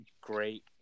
great